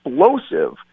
explosive